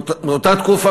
באותה תקופה,